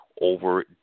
over